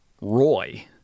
Roy